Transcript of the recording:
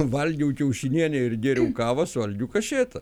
valgiau kiaušinienę ir geriu kavą su algiu kašėta